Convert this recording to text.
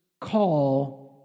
call